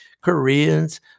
Koreans